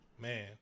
Man